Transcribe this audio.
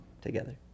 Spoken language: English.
together